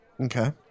Okay